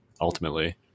ultimately